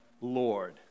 Lord